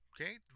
Okay